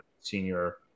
Senior